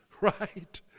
right